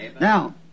Now